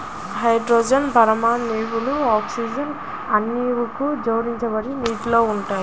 hydrogen పరమాణువులు oxygen అణువుకు జోడించబడి నీటిలో ఉంటాయి